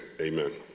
Amen